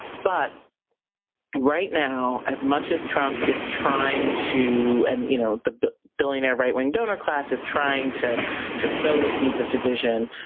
but right now as much as trump is trying to, and you know the billionaire right-wing donor class is trying to sow so the seeds of division,